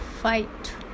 fight